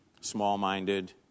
small-minded